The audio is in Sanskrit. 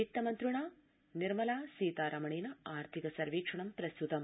वित्त मन्त्रिण निर्मला सीतारमणेन आर्थिक सर्वेक्षण प्रस्त्तम्